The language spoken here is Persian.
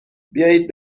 بیاید